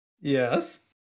Yes